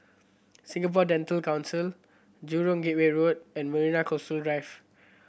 Singapore Dental Council Jurong Gateway Road and Marina Coastal Drive